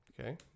Okay